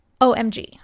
OMG